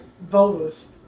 voters